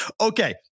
Okay